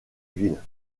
ville